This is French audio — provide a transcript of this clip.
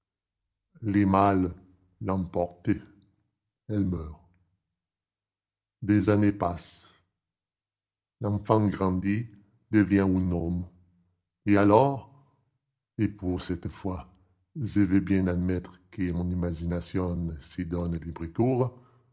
le mal l'emporte elle meurt des années passent l'enfant grandit devient un homme et alors et pour cette fois je veux bien admettre que mon imagination